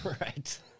Right